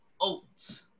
Oats